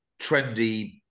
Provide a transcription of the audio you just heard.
trendy